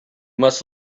must